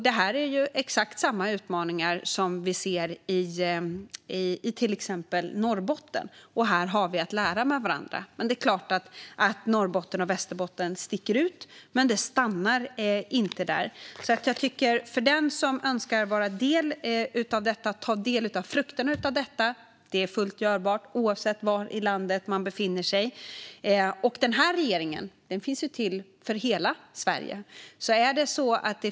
Det är ju samma utmaningar som vi ser i exempelvis Norrbotten, och här har vi att lära av varandra. Norrbotten och Västerbotten sticker ut, men det stannar inte där. Den som önskar kan ta del av frukterna av detta oavsett var i landet man befinner sig, och regeringen finns till för hela Sverige.